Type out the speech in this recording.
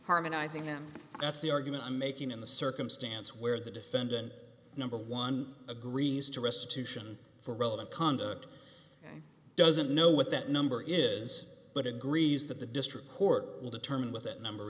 harmonizing them that's the argument i'm making in the circumstance where the defendant number one agrees to restitution for relevant conduct doesn't know what that number is but agrees that the district court will determine with that number